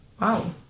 Wow